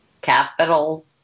capital